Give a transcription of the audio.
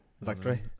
Victory